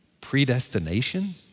predestination